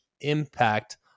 impact